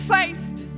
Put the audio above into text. faced